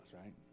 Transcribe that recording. right